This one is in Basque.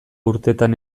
urtetan